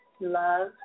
love